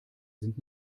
sind